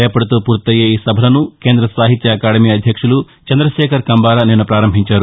రేపటితో ఫూర్తయ్యే ఈ సభలను కేంద్ర సాహిత్య అకాడమీ అధ్యక్షులు చంద్రశేఖర్ కంబార నిన్న ప్రారంభించారు